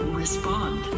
respond